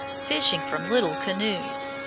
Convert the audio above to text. fishing from little canoes.